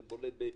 זה בולט בפריפריה,